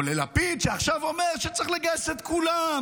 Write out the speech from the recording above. או ללפיד שעכשיו אומר שצריך לגייס את כולם